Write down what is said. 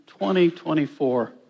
2024